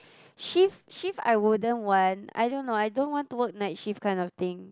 shift shift I wouldn't want I don't know I don't want to work night shift kind of thing